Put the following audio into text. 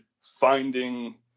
finding